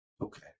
okay